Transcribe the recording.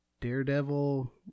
Daredevil